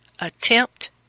attempt